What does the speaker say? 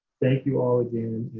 thank you all again